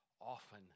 often